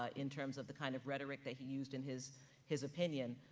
ah in terms of the kind of rhetoric that he used in his his opinion.